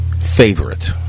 favorite